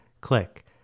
click